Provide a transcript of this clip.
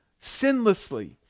sinlessly